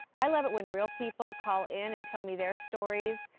i love it when real people call in and tell me their stories.